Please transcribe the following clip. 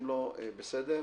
אם לא, אז בסדר.